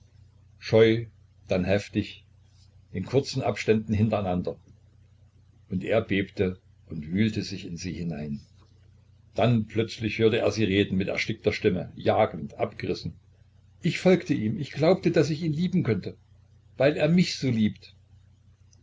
scheu dann heftig in kurzen abständen hintereinander und er bebte und wühlte sich in sie hinein dann plötzlich hörte er sie reden mit erstickter stimme jagend abgerissen ich folgte ihm ich glaubte daß ich ihn lieben könnte weil er mich so liebt